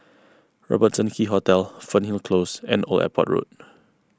Robertson Quay Hotel Fernhill Close and Old Airport Road